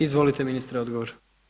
Izvolite ministre odgovor.